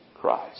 Christ